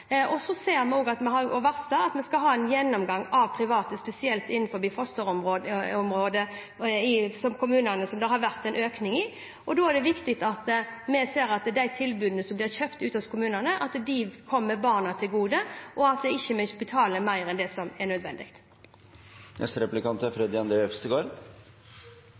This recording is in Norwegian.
Vi har også varslet at vi skal ha en gjennomgang av private, spesielt innenfor fosterhjemsområdet i kommunene, som det har vært en økning i, og da er det viktig at vi ser at de tilbudene som blir kjøpt ute hos kommunene, kommer barna til gode, og at vi ikke betaler mer enn det som er nødvendig. Et av resultatene av de kommersielles inntog i barnevernet og hvordan anbudsregimet er